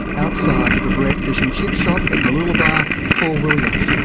outside the debrett fish and chip shop at mooloolaba, paul williams.